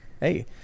Hey